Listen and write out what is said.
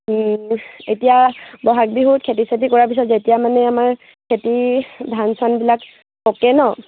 এতিয়া বহাগ বিহুত খেতি চেতি কৰাৰ পিছত যেতিয়া মানে আমাৰ খেতিৰ ধান চানবিলাক পকে নহ্